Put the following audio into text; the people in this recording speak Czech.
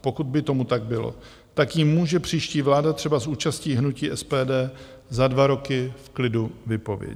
Pokud by tomu tak bylo, tak ji může příští vláda třeba s účastí hnutí SPD za dva roky v klidu vypovědět.